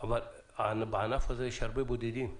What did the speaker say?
אבל בענף הזה יש הרבה בודדים,